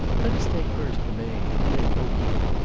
let us take first the maid, helene vauquier.